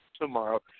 tomorrow